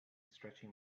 stretching